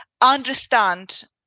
understand